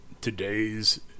today's